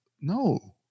no